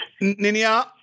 Ninia